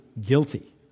guilty